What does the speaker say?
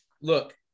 Look